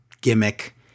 gimmick